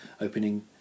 opening